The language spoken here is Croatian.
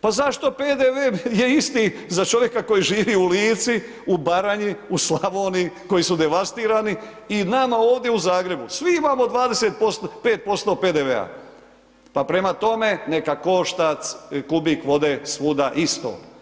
pa zašto PDV je isti za čovjeka koji živi u Lici, u Baranji, u Slavoniji, koji su devastirani i nama ovdje u Zagrebu, svi imamo 25% PDV-a, pa prema tome neka košta kubik vode svuda isto.